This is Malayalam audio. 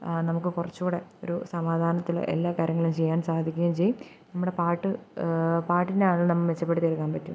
നമുക്ക് കുറച്ചും കൂടി ഒരു സമാധാനത്തിൽ എല്ലാ കാര്യങ്ങളും ചെയ്യാന് സാധിക്കുകയും ചെയ്യും നമ്മുടെ പാട്ട് പാട്ടിന്റെ ആണേൽ നം മെച്ചപ്പെടുത്തി എടുക്കാൻ പറ്റും